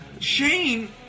Shane